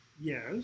Yes